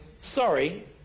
Sorry